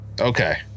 Okay